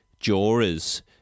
jurors